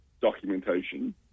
documentation